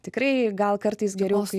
tikrai gal kartais geriau kai